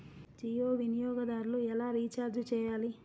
జియో వినియోగదారులు ఎలా రీఛార్జ్ చేయాలి?